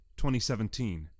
2017